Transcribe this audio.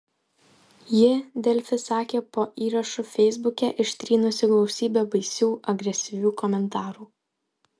ji delfi sakė po įrašu feisbuke ištrynusi gausybę baisių agresyvių komentarų